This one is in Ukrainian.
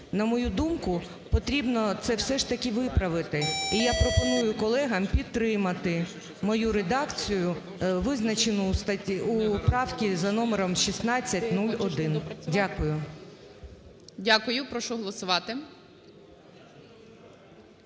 На мою думку, потрібно це все ж таки виправити. І я пропоную колегам підтримати мою редакцію, визначену у правці за номером 1601. Дякую. ГОЛОВУЮЧИЙ. Дякую. Прошу голосувати.